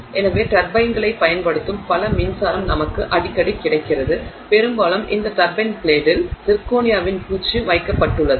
எனவே டர்பைன்களைப் பயன்படுத்தும் பல மின்சாரம் நமக்கு அடிக்கடி கிடைக்கிறது பெரும்பாலும் இந்த டர்பைன் பிளேடில் சிர்கோனியாவின் பூச்சு வைக்கப்பட்டுள்ளது